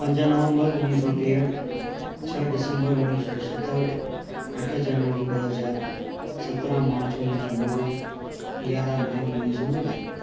पंज नवम्बर उणिवीह सौ टेहठि छह दिसंबर उणिवीह सौ सतहठि अठ जनवरी ॿ हज़ार सत्रहं मार्च उणिवीह सौ नवे यारहं मै उणिवीह सौ नवे